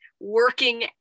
working